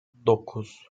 dokuz